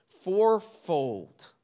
fourfold